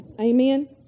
Amen